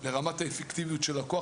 הוא כבר איזשהו מדד לרמת האפקטיביות של הכוח